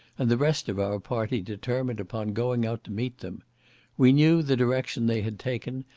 and the rest of our party determined upon going out to meet them we knew the direction they had taken,